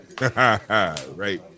right